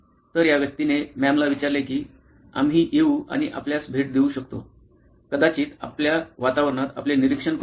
तर या व्यक्तीने मॅमला विचारले की आम्ही येऊ आणि आपल्यास भेट देऊ शकतो कदाचित आपल्या वातावरणात आपले निरीक्षण करू